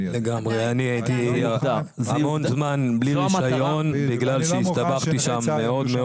אני הייתי המון זמן בלי רישיון בגלל שהסתבכתי מאוד.